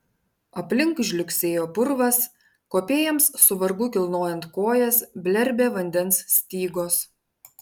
aplink žliugsėjo purvas kopėjams su vargu kilnojant kojas blerbė vandens stygos